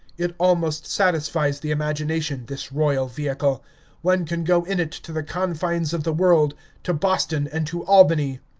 it almost satisfies the imagination, this royal vehicle one can go in it to the confines of the world to boston and to albany.